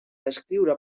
descriure